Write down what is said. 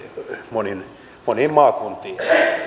moniin moniin maakuntiin